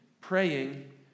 praying